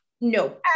No